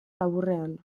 laburrean